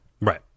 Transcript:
right